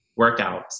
workouts